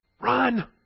run